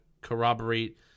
corroborate